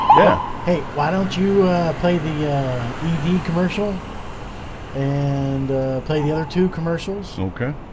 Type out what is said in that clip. yeah, hey why don't you play the yeah edie commercial and play the other two commercials okay,